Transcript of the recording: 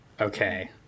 Okay